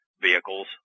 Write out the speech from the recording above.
vehicles